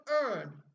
earn